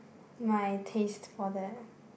my taste for that